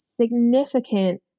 significant